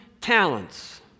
talents